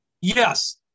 Yes